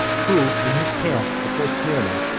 who, in his camp before smyrna,